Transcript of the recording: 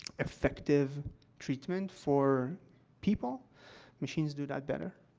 effective treatment for people machines do that better.